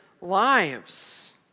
lives